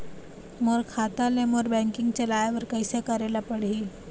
मोर खाता ले मोर बैंकिंग चलाए बर कइसे करेला पढ़ही?